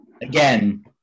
again